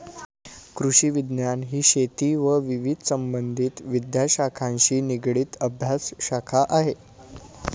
कृषिविज्ञान ही शेती व विविध संबंधित विद्याशाखांशी निगडित अभ्यासशाखा आहे